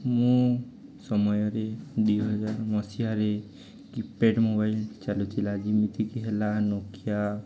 ମୁଁ ସମୟରେ ଦୁଇହଜାର ମସିହାରେ କିପ୍ୟାଡ଼୍ ମୋବାଇଲ୍ ଚାଲୁଥିଲା ଯେମିତିକି ହେଲା ନୋକିଆ